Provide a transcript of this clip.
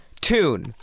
tune